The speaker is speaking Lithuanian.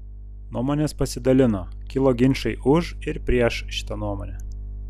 nuomonės pasidalino kilo ginčai už ir prieš šitą nuomonę